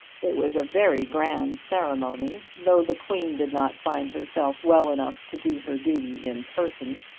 it was a very grand ceremony though the queen did not find herself well enough to do her duty in person.